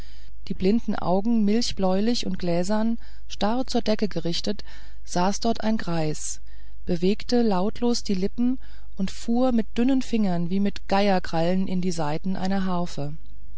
die blinden augen milchbläulich und gläsern starr zur decke gerichtet saß dort ein greis bewegte lautlos die lippen und fuhr mit dürren fingern wie mit geierkrallen in die saiten einer harfe